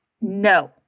No